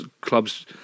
clubs